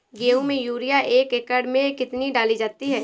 गेहूँ में यूरिया एक एकड़ में कितनी डाली जाती है?